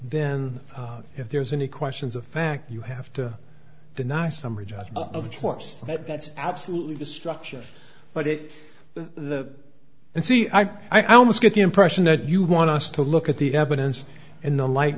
then if there's any questions of fact you have to deny summer jobs of course that that's absolutely the structure but it and see i almost get the impression that you want us to look at the evidence in the light